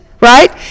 right